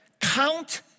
count